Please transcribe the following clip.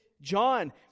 John